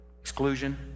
exclusion